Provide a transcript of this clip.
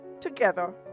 Together